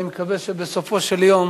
אני מקווה שבסופו של יום